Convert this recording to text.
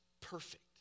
perfect